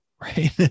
right